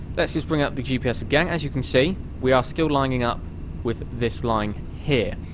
let's just bring up the gps again. as you can see we are still lining up with this line here.